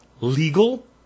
legal